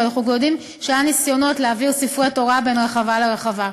ואנחנו כבר יודעים שהיו ניסיונות להעביר ספרי תורה מרחבה לרחבה,